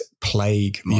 plague